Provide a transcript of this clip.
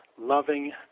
loving